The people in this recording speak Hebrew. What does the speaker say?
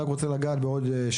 הנוער שלי הנוער